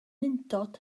undod